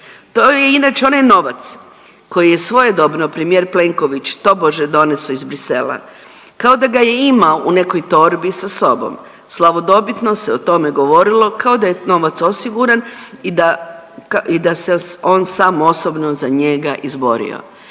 To je inače onaj novac koji je svojedobno premijer Plenković tobože doneso iz Bruxellesa, kao da ga je imao u nekoj torbi sa sobom, slavodobitno se o tome govorilo kao da je novac osiguran i da se on sam osobno za njega izborio.